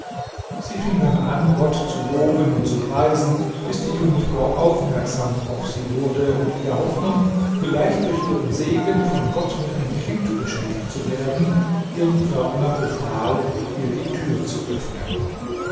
sie fing dann an gott zu loben und zu preisen bis die junge frau aufmerksam auf sie wurde und in der hoffnung vielleicht durch ihren segen von gott mit einem kind beschenkt zu werden ihrem pförtner befahl ihr die tür zu öffnen